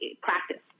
practice